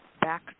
back